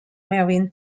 marine